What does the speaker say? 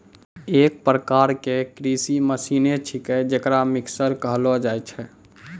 एक प्रकार क कृषि मसीने छिकै जेकरा मिक्सर कहलो जाय छै